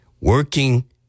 Working